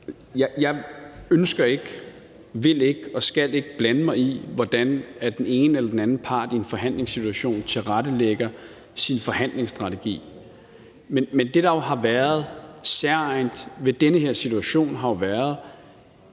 Jeg ønsker ikke, vil ikke og skal ikke blande mig i, hvordan den ene eller den anden part i en forhandlingssituation tilrettelægger sin forhandlingsstrategi. Men det, der har været særegent ved den her situation, er jo,